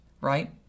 right